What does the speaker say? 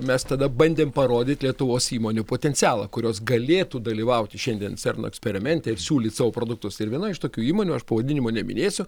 mes tada bandėm parodyt lietuvos įmonių potencialą kurios galėtų dalyvauti šiandien cerno eksperimente siūlyt savo produktus ir viena iš tokių įmonių aš pavadinimo neminėsiu